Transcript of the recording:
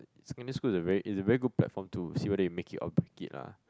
secondary school is a very is a very good platform to see whether you make it or break it lah